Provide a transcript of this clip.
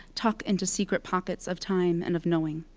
tuck into secret pockets of time and of knowing?